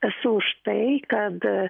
esu už tai kad